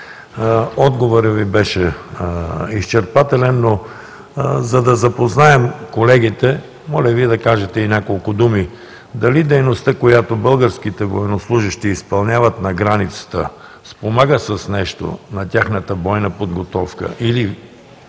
Отговорът Ви беше изчерпателен, но, за да запознаем колегите, моля Ви да кажете и няколко думи – дали дейността, която българските военнослужещи изпълняват на границата, спомага с нещо на тяхната бойна подготовка или